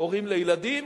הורים לילדים